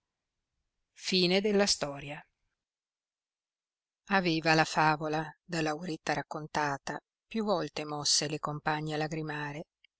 suo aveva la favola da lauretta raccontata più volte mosse le compagne a lagrimare